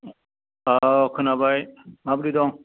औ खोनाबाय माब्रै दं